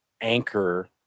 anchor